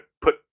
put